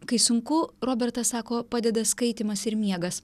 kai sunku robertas sako padeda skaitymas ir miegas